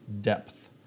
depth